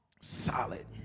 solid